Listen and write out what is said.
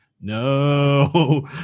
no